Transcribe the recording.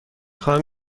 خواهم